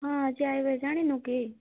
ହଁ ଆଜି ଆସିବେ ଜାଣିନୁ କି